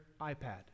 iPad